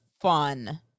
fun